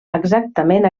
exactament